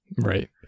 right